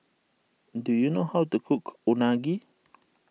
do you know how to cook Unagi